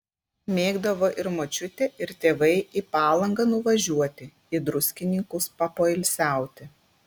mėgdavo ir močiutė ir tėvai į palangą nuvažiuoti į druskininkus papoilsiauti